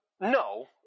No